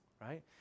right